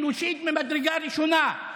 היא אנושית ממדרגה ראשונה.